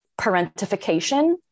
parentification